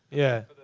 yeah.